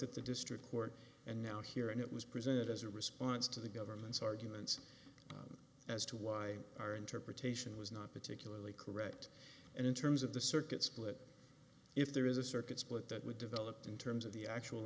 at the district court and now here and it was presented as a response to the government's arguments as to why our interpretation was not particularly correct and in terms of the circuit split if there is a circuit split that we developed in terms of the actual